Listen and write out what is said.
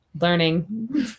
Learning